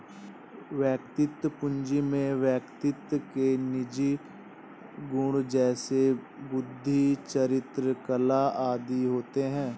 वैयक्तिक पूंजी में व्यक्ति के निजी गुण जैसे बुद्धि, चरित्र, कला आदि होते हैं